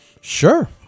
sure